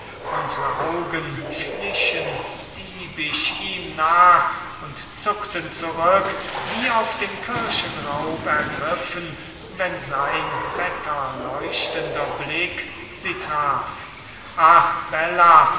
unsre augen schlichen diebisch ihm nach und zuckten zurück wie auf dem kirchenraub ergriffen wenn sein wetterleuchtender blick sie traf ach bella